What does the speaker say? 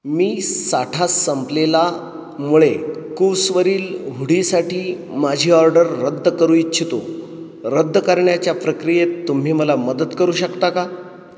मी साठा संपलेला मुळे कूसवरील हुडीसाठी माझी ऑर्डर रद्द करू इच्छितो रद्द करण्याच्या प्रक्रियेत तुम्ही मला मदत करू शकता का